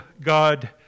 God